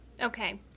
Okay